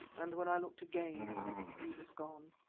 and when i looked again he was gone.